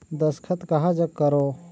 दस्खत कहा जग करो?